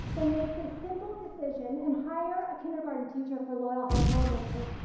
then make the simple decision and hire a kindergarten teacher for loyal heights elementary.